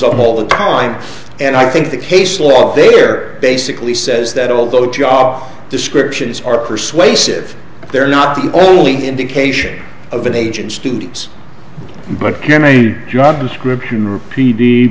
up all the time and i think the case law there basically says that although job descriptions are persuasive they're not the only indication of an agent students but him a job description